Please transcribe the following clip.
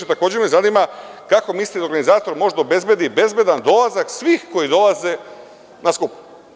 Takođe me zanima, kako mislite da organizator može da obezbedi bezbedan dolazak svih koji dolaze na skup?